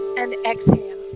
and exhale